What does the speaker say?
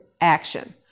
action